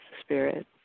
spirit